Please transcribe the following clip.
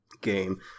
game